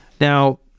Now